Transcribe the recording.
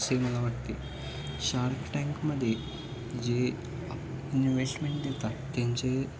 असे मला वाटते शार्क टँकमध्ये जे इन्वेस्मेंट देतात त्यांचे